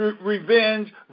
revenge